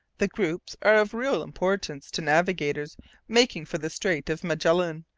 the groups are of real importance to navigators making for the strait of magellan,